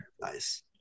Nice